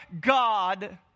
God